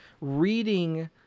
Reading